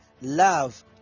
love